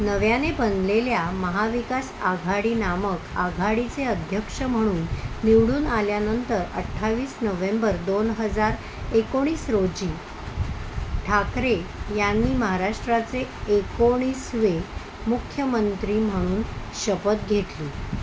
नव्याने बनलेल्या महाविकास आघाडी नामक आघाडीचे अध्यक्ष म्हणून निवडून आल्यानंतर अठ्ठावीस नोव्हेंबर दोन हजार एकोणीस रोजी ठाकरे यांनी महाराष्ट्राचे एकोणीसवे मुख्यमंत्री म्हणून शपथ घेतली